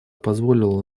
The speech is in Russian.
позволило